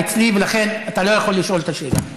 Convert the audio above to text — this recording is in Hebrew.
ולכן אתה לא יכול לשאול את השאלה.